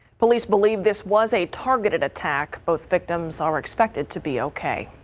police believe this was a targeted attack. both victims are expected to be okay.